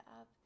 up